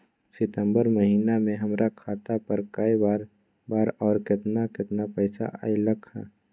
सितम्बर महीना में हमर खाता पर कय बार बार और केतना केतना पैसा अयलक ह?